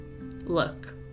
look